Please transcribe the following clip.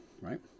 right